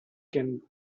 can